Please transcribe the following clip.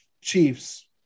Chiefs